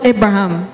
Abraham